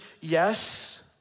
Yes